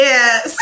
Yes